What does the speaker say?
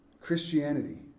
Christianity